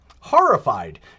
horrified